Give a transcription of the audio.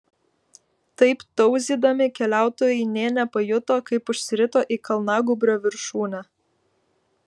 taip tauzydami keliautojai nė nepajuto kaip užsirito į kalnagūbrio viršūnę